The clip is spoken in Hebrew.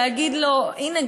להגיד לו: הנה,